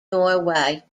norway